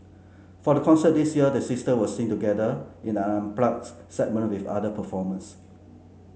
for the concert this year the sister will sing together in an unplugged segment with other performers